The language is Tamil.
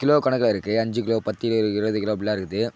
கிலோ கணக்கில் இருக்குது அஞ்சு கிலோ பத்து இருபது கிலோ அப்படிலாம் இருக்குது